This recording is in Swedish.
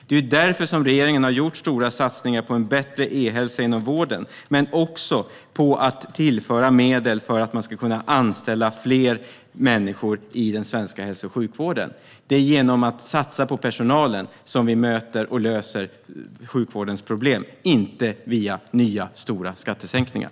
Det är därför som regeringen har gjort stora satsningar på en bättre e-hälsa inom vården men också på att tillföra medel för att man ska kunna anställa fler människor i den svenska hälso och sjukvården. Det är genom att satsa på personalen som vi möter och löser sjukvårdens problem, inte via nya stora skattesänkningar.